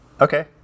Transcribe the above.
Okay